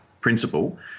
principle